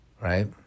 right